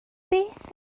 beth